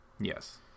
Yes